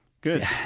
Good